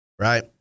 Right